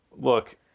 Look